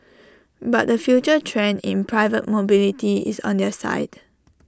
but the future trend in private mobility is on their side